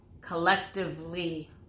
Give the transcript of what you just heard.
collectively